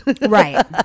Right